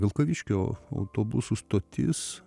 vilkaviškio autobusų stotis